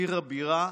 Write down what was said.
עיר הבירה,